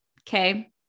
Okay